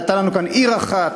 הייתה לנו כאן עיר אחת,